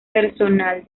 personal